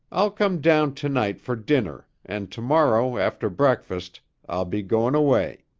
i'll come down to-night for dinner and to-morrow after breakfast i'll be going away.